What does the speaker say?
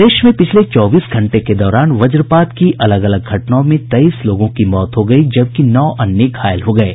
प्रदेश में पिछले चौबीस घंटे के दौरान वज्रपात की अलग अलग घटनाओं में तेईस लोगों की मौत हो गयी जबकि नौ अन्य घायल हो गये हैं